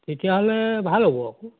তেতিয়াহ'লে ভাল হ'ব আকৌ